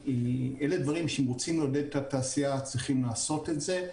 אלה דברים שאם רוצים לעודד את התעשייה צריכים לעשות את זה.